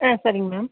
ஆ சரிங்க மேம்